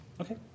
Okay